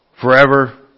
forever